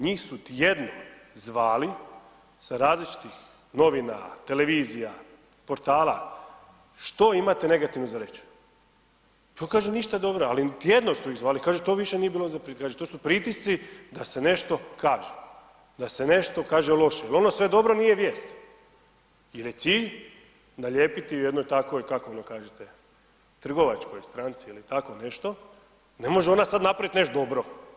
Njih su tjednom zvali sa različitih novina, televizija, portala što imate negativno za reći. ... ništa dobro ali tjedno su ih zvali, kaže to više nije bilo, kaže to su pritisci da se nešto kaže, da se nešto kaže loše jer ono sve dobro nije vijest, jer je cilj nalijepiti jednoj takvoj, kako ono kažete trgovačkoj stranci ili tako nešto, ne može ona sad napravit nešto dobro.